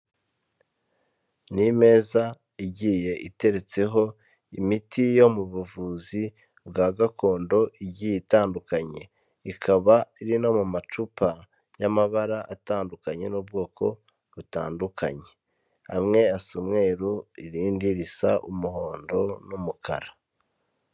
Ni imeza igiye iteretseho imiti yo mu buvuzi bwa gakondo igiye itandukanye. Ikaba iri no mu macupa y'amabara atandukanye n'ubwoko butandukanye, amwe asa umweru irindi risa umuhondo n'umukara.